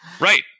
Right